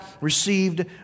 received